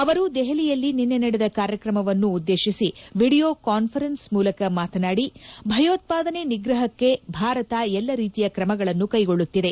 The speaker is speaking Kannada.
ಅವರು ದೆಹಲಿಯಲ್ಲಿ ನಿನ್ನೆ ನಡೆದ ಕಾರ್ಯಕ್ರಮವನ್ನು ಉದ್ದೇಶಿಸಿ ವಿಡಿಯೋ ಕಾನ್ಸರೆನ್ನ್ ಮೂಲಕ ಮಾತನಾಡಿ ಭಯೋತ್ವಾದನೆ ನಿಗ್ರಹಕ್ಕೆ ಭಾರತ ಎಲ್ಲ ರೀತಿಯ ಕ್ರಮಗಳನ್ನು ಕೈಗೊಳ್ಳುತ್ತಿದೆ